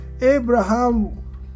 Abraham